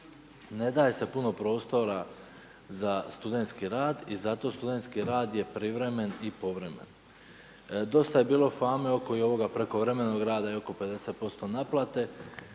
ne daje se puno prostora za studentski rad i zato studentski rad je privremen i povremen. Dosta je bilo fame oko i ovoga prekovremenog rada i oko 50% naplate.